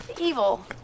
Evil